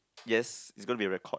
yes it's going to be record